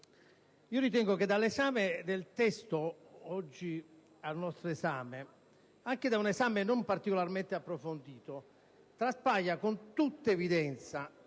ritengo che dall'esame del testo oggi all'ordine del giorno, anche da un esame non particolarmente approfondito, traspaia con tutta evidenza